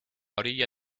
orilla